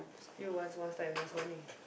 you one small size last warning